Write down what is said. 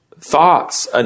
thoughts